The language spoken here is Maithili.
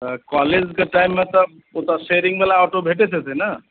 तऽ कॉलेजके टाइममे तऽ ओतय सेयरिंग बला ऑटो भेटैत हेतै ने